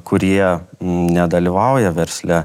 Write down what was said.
kurie nedalyvauja versle